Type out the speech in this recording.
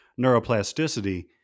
neuroplasticity